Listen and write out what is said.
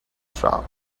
shop